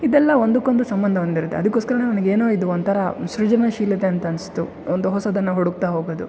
ಇದೆಲ್ಲ ಒಂದಕ್ಕೊಂದು ಸಂಬಂಧ ಹೊಂದಿರುತ್ತೆ ಅದಕೋಸ್ಕರ ನನಗೆ ಏನೋ ಇದು ಒಂಥರ ಸೃಜನಶೀಲತೆ ಅಂತ ಅನಿಸ್ತು ಒಂದು ಹೊಸದನ್ನು ಹುಡುಕ್ತ ಹೋಗೋದು